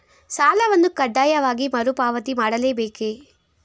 ಸಾಲವನ್ನು ಕಡ್ಡಾಯವಾಗಿ ಮರುಪಾವತಿ ಮಾಡಲೇ ಬೇಕೇ?